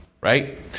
right